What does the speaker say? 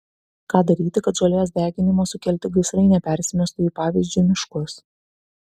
ką daryti kad žolės deginimo sukelti gaisrai nepersimestų į pavyzdžiui miškus